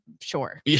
sure